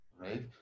right